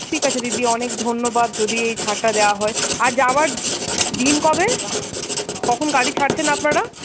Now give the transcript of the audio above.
ঠিক আছে দিদি অনেক ধন্যবাদ যদি এই ছাড়টা দেওয়া হয় আর যাওয়ার দিন কবে কখন গাড়ি ছাড়ছেন আপনারা